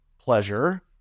pleasure